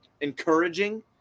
encouraging